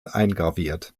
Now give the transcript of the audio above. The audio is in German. eingraviert